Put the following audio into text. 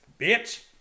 Bitch